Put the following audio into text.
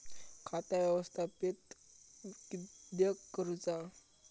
खाता व्यवस्थापित किद्यक करुचा?